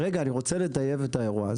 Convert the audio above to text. רגע, אני רוצה לטייב את האירוע.